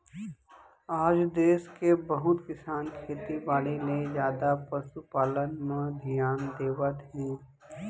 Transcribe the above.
आज देस के बहुत किसान खेती बाड़ी ले जादा पसु पालन म धियान देवत हें